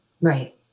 Right